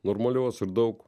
normalios ir daug